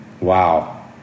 Wow